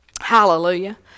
Hallelujah